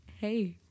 Hey